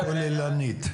הכוללנית.